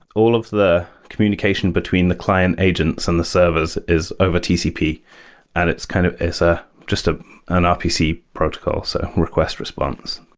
all of the communication between the client agents and the servers is over tcp and it's kind of it's ah just ah an rpc protocol, so request response.